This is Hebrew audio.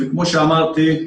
וכמו שאמרתי,